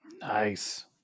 Nice